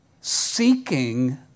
seeking